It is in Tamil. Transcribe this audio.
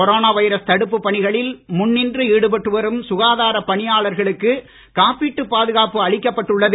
கொரொனா வைரஸ் தடுப்புப் பணிகளில் முன்னின்று ஈடுபட்டு வரும் சுகாதாரப் பணியாளர்களுக்கு காப்பீட்டுப் பாதுகாப்பு அளிக்கப்பட்டு உள்ளது